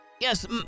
yes